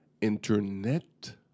internet